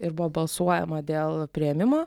ir buvo balsuojama dėl priėmimo